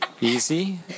Easy